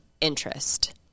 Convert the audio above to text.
interest